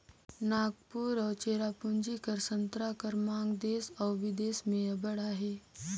नांगपुर अउ चेरापूंजी कर संतरा कर मांग देस अउ बिदेस में अब्बड़ अहे